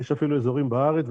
יש אפילו אזורים בארץ,